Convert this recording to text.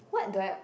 what do I